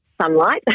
sunlight